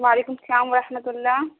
وعلیکم السلام و رحمتہ اللہ